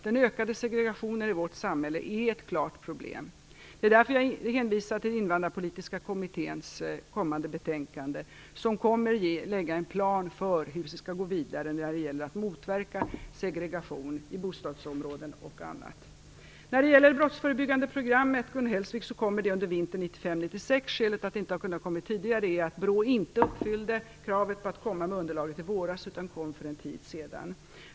Den ökande segregationen i vårt samhälle är ett klart problem. Det är därför jag hänvisar till Invandrarpolitiska kommitténs kommande betänkande. Det kommer att lägga fram en plan för hur vi skall gå vidare när det gäller att motverka segregation i bostadsområden och annat. Det brottsförebyggande programmet kommer under vintern 1995/96, Gun Hellsvik. Skälet till att det inte kommer tidigare är att BRÅ inte uppfyllde kravet på att komma med underlaget i våras, utan det kom för en tid sedan.